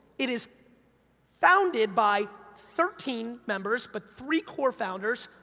it is founded by thirteen members, but three core founders,